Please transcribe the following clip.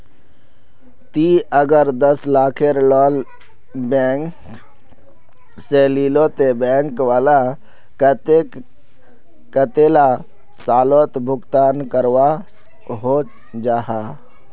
ती अगर दस लाखेर लोन बैंक से लिलो ते बैंक वाला कतेक कतेला सालोत भुगतान करवा को जाहा?